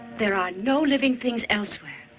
there are no living things elsewhere.